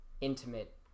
intimate